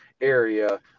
area